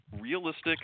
realistic